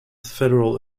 federal